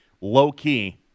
low-key